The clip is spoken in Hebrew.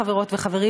חברות וחברים,